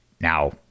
Now